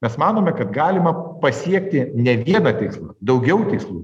mes manome kad galima pasiekti ne vieną tikslą daugiau tikslų